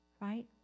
right